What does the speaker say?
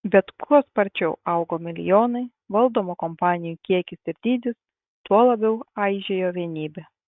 bet kuo sparčiau augo milijonai valdomų kompanijų kiekis ir dydis tuo labiau aižėjo vienybė